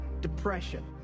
depression